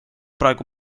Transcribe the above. praegu